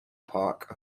park